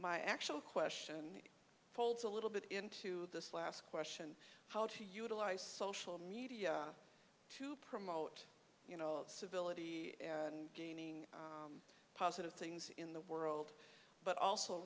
my actual question folds a little bit into this last question how to utilize social media to promote you know civility and gain positive things in the world but also